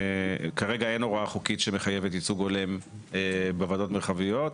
כרגע אין הוראה חוקית שמחייבת ייצוג הולם בוועדות המרחביות.